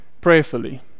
prayerfully